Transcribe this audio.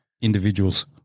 individuals